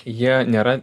jie nėra